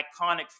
iconic